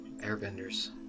airbenders